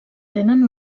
tenen